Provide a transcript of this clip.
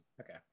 okay